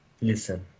Listen